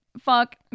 fuck